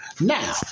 now